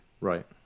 Right